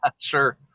Sure